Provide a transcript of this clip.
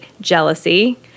jealousy